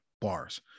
Bars